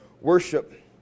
worship